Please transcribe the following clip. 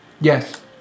Yes